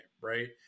Right